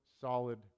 solid